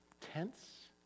tense